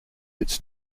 its